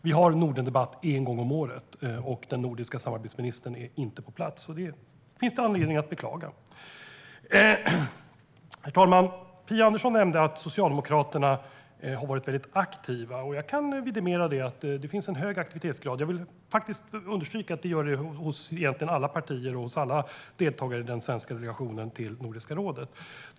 Vi har Nordendebatt en gång om året, och den nordiska samarbetsministern är inte på plats. Det finns anledning att beklaga det. Herr talman! Phia Andersson nämnde att Socialdemokraterna har varit aktiva. Jag kan vidimera att det finns en hög aktivitetsgrad. Jag vill understryka att det egentligen gör det hos alla partier och alla deltagare i den svenska delegationen till Nordiska rådet.